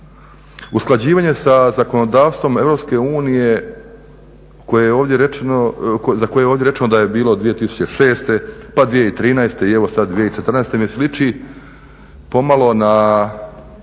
Usklađivanje sa zakonodavstvom Europske unije za koje je ovdje rečeno da je bilo 2006., pa 2013. i evo sad 2014. mi sliči pomalo na